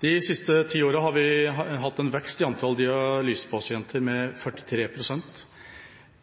De siste 10 årene har antall dialysepasienter økt med 43 prosent.